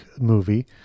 movie